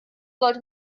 sollte